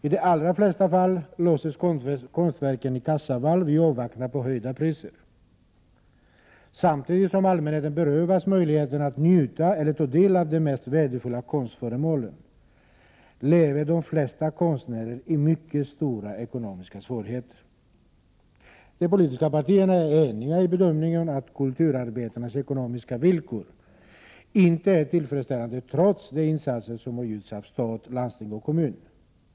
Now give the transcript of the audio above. I de allra flesta fall låses konstverken in i kassavalv i avvaktan på höjda priser. Samtidigt som allmänheten berövas möjligheten att njuta eller ta del av de mest värdefulla konstföremålen lever de flesta konstnärer i mycket stora ekonomiska svårigheter. De politiska partierna är eniga i bedömningen att kulturarbetarnas ekonomiska villkor inte är tillfredsställande, trots de insatser som har gjorts av stat, landsting och kommun.